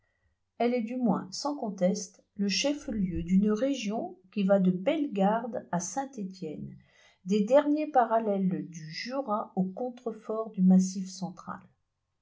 elle est du moins sans conteste le chef-lieu d'une région qui va de bellegarde à saint-etienne des derniers parallèles du jura aux contreforts du massif central